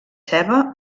ceba